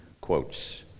quotes